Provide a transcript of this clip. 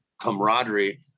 camaraderie